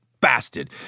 bastard